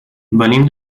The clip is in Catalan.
venim